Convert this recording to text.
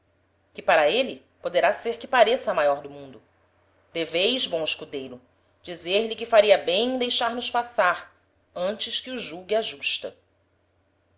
que para êle poderá ser que pareça a maior do mundo deveis bom escudeiro dizer-lhe que faria bem em deixar nos passar antes que o julgue a justa